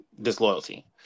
disloyalty